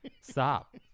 Stop